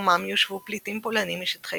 ובמקומם יושבו פליטים פולנים משטחי